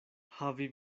havi